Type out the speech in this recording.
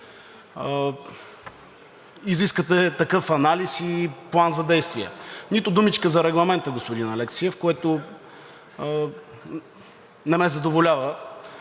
изискате такъв анализ и План за действие. Нито думичка за Регламента, господин Алексиев, което не ме задоволява,